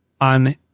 on